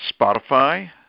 Spotify